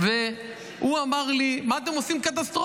הוא אמר לי: מה אתם עושים קטסטרופה?